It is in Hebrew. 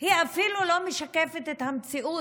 היא אפילו לא משקפת את המציאות,